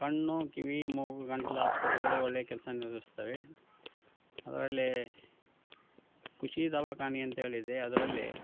ಕಣ್ಣು ಕಿವಿ ಮೂಗು ಗಂಟಲು ಆಸ್ಪತ್ರೆಗಳು ಒಳ್ಳೆಯ ಕೆಲಸ ನಿರ್ವಹಿಸ್ತವೆ ಅದರಲ್ಲಿ ಖುಷಿ ದವಾಖಾನೆ ಅಂತೇಳಿದೆ ಅದರಲ್ಲಿ